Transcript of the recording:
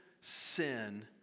sin